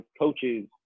coaches